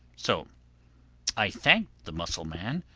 so i thanked the mussel-man,